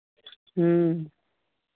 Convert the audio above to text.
ह्म्म